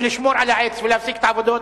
ולשמור על העץ ולהפסיק את העבודות,